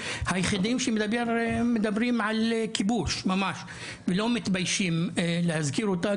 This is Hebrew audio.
היחידים שמדברים על כיבוש ממש ולא מתביישים להזכיר אותה,